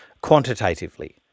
quantitatively